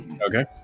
Okay